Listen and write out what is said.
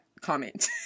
comment